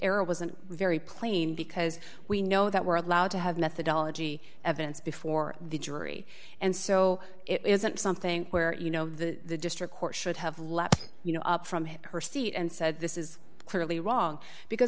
air or wasn't very plain because we know that we're allowed to have methodology evidence before the jury and so it isn't something where you know the district court should have let you know up from her seat and said this is clearly wrong because